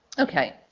okay,